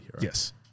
Yes